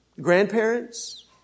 grandparents